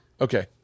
Okay